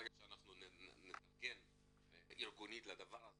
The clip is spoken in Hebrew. ברגע שנתארגן ארגונית לדבר הזה,